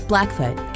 Blackfoot